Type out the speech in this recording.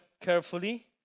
carefully